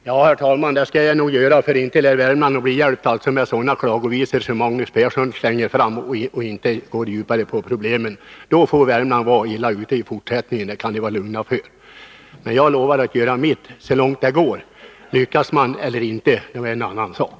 Herr talman! Ja, inte lär Värmland bli hjälpt av sådana klagovisor som Magnus Persson slänger fram utan att gå djupare på problemen. Då kommer Värmland att vara illa ute i fortsättningen, det kan ni vara lugna för! Men jag lovar att göra mitt så långt det går. Om man lyckas eller inte är en annan sak.